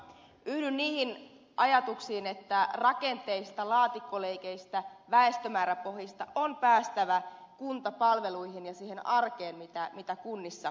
yhdyn niihin ajatuksiin että rakenteista laatikkoleikeistä väestömääräpohjista on päästävä kuntapalveluihin ja siihen arkeen mitä kunnissa tehdään